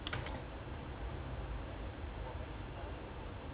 oh Manchester United one manuals oh manual count only two votes oh shit